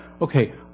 okay